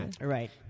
Right